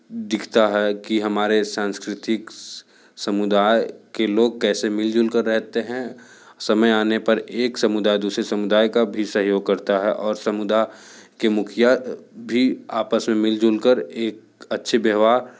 दिखता है कि हमारे सांस्कृतिक समुदाय के लोग कैसे मिल जुल कर रहते हैं समय आने पर एक समुदाय दूसरे समुदाय का भी सहयोग करता है और समुदाय के मुखिया भी आपस में मिल जुल कर एक अच्छे व्यवहार